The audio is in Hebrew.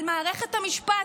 על מערכת המשפט,